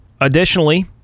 Additionally